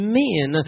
men